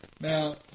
Now